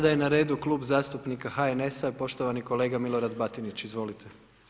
Sada je na redu Klub zastupnika HNS-a i poštovani kolega Milorad Batinić, izvolite.